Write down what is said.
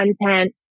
content